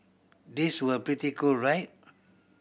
these were pretty cool right